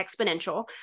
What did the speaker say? exponential